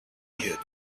had